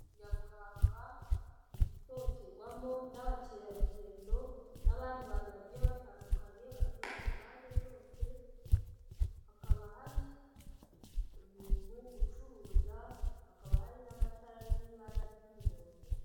Nyaburanga isohokerwamo n'abakerarugendo n'abandi bantu bagiye batandukanye baturutse impande zose, hakaba hari umuntu ucuruza, hakaba hari n'amatara ari mu ibara ry'umuhondo.